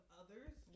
others